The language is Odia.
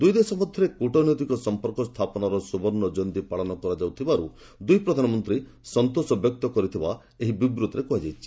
ଦୁଇଦେଶ ମଧ୍ୟରେ କ୍ରଟନୈତିକ ସଂପର୍କ ସ୍ଥାପନର ସୁବର୍ଣ୍ଣ ଜୟନ୍ତୀ ପାଳନ କରାଯାଉଥିବାରୁ ଦୁଇ ପ୍ରଧାନମନ୍ତ୍ରୀ ସନ୍ତୋଷ ପ୍ରକାଶ କରିଥିବା ଏହି ବିବୃତ୍ତିରେ କୃହାଯାଇଛି